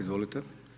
Izvolite.